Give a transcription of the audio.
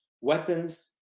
weapons